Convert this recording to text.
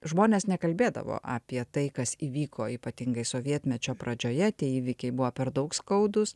žmonės nekalbėdavo apie tai kas įvyko ypatingai sovietmečio pradžioje tie įvykiai buvo per daug skaudūs